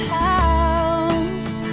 house